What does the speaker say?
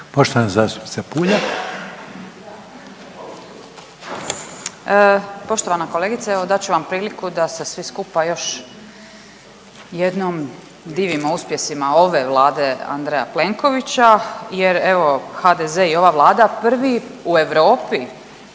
Marijana (Centar)** Poštovana kolegice, evo dat ću vam priliku da se svi skupa još jednom divimo uspjesima ove Vlade Andreja Plenkovića jer evo HDZ i ova Vlada prvi u Europi